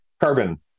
carbon